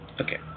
Okay